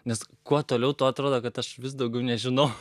nes kuo toliau tuo atrodo kad aš vis daugiau nežinau